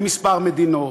בכמה מדינות,